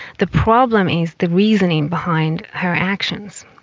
the problem is the reasoning behind her actions.